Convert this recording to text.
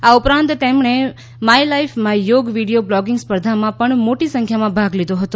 આ ઉપરાંત તેમણે માથ life my yoga video blogging સ્પર્ધામાં પણ મોટી સંખ્યામાં ભાગ લીધો હતો